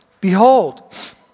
behold